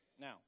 Now